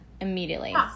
immediately